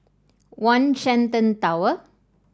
One Shenton Tower